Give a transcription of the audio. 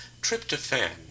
tryptophan